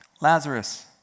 Lazarus